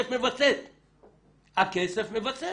הכסף מווסת.